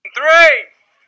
three